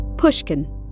pushkin